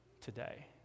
today